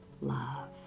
love